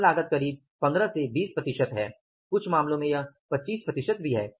श्रम लागत करीब 15 से 20 प्रतिशत है कुछ मामलों में यह 25 प्रतिशत भी है